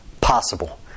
possible